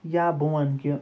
یا بہٕ وَنہٕ کہِ